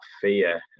fear